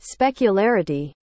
specularity